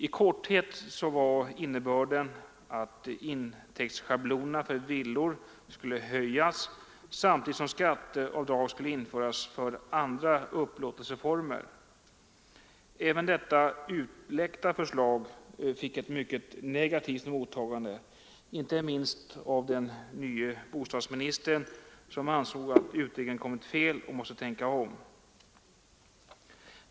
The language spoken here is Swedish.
I korthet var innebörden att intäktsschablonerna för villor skulle höjas samtidigt som skatteavdrag skulle införas för andra upplåtelseformer. Även detta ”utläckta” förslag fick ett mycket negativt mottagande, inte minst av den nye bostadsministern som ansåg att utredningen kommit fel och måste tänka om.